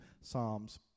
Psalms